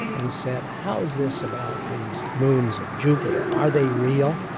and said, how is this about these moons of jupiter? are they real?